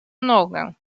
nogę